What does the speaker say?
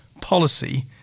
policy